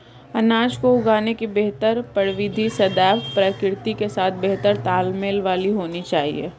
अनाज को उगाने की बेहतर प्रविधि सदैव प्रकृति के साथ बेहतर तालमेल वाली होनी चाहिए